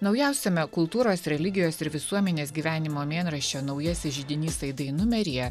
naujausiame kultūros religijos ir visuomenės gyvenimo mėnraščio naujasis židinys aidai numeryje